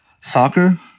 soccer